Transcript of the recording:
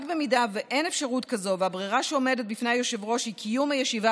רק אם אין אפשרות כזאת והברירה שעומדת בפני היושב-ראש היא קיום הישיבה